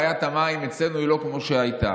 בעיית המים אצלנו היא לא כמו שהייתה.